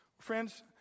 Friends